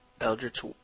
Eldritch